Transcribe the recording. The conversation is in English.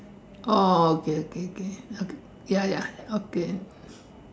oh okay okay okay okay ya ya okay